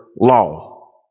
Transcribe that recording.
law